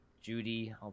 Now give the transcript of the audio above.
judy